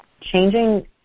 changing